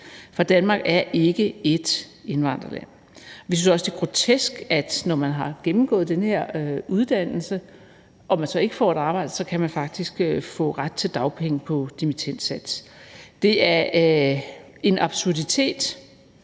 For Danmark er ikke et indvandrerland. Vi synes også, det er grotesk, at man, når man har gennemgået den her uddannelse og man så ikke får et arbejde, så faktisk kan få ret til dagpenge på dimittendsats. Det er en absurditet,